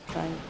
ओमफ्राय